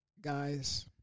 guys